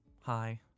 Hi